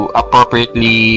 appropriately